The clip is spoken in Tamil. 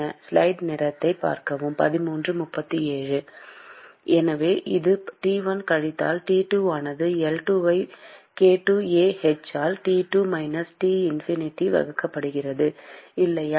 எனவே இது T1 கழித்தல் T2 ஆனது L2 ஐ k2 A h ஆல் T2 மைனஸ் T இன்ஃபினிட்டியாக வகுக்கப்படுகிறது இல்லையா